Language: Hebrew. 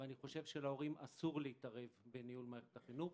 ואני חושב שלהורים אסור להתערב בניהול מערכת החינוך,